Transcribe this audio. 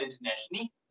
internationally